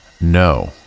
No